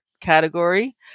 category